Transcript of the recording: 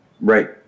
Right